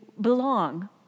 belong